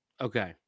Okay